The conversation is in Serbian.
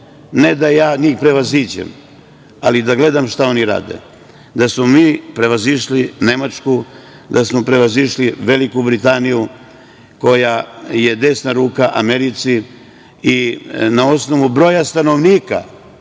ne da ja njih prevaziđem, ali da gledam šta oni rade, da smo mi prevazišli Nemačku, da smo prevazišli Veliku Britaniju koja je desna ruka Americi i, na osnovu broja stanovnika